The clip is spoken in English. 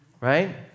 right